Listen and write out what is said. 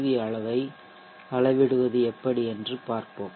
we அளவை அளவிடுவது எப்படி என்று பார்ப்போம்